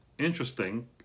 interesting